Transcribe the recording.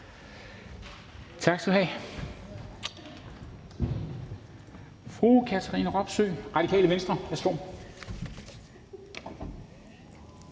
Man skal jo have